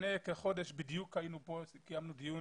לפני חודש היינו כאן וקיימנו דיון